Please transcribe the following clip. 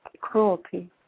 cruelty